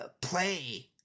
play